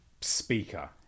speaker